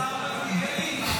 השר מלכיאלי,